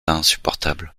insupportable